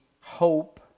hope